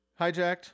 hijacked